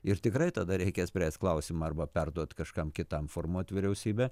ir tikrai tada reikia spręst klausimą arba perduot kažkam kitam formuot vyriausybę